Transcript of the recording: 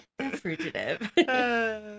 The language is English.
Frugitive